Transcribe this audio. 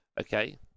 okay